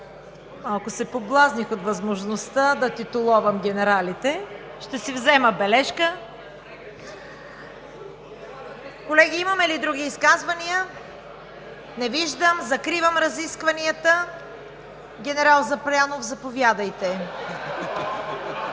малко се поблазних от възможността да титулувам генералите. Ще си взема бележка. Колеги, имаме ли други изказвания? Не виждам. Закривам разискванията. Генерал Запрянов, заповядайте.